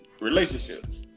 relationships